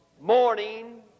morning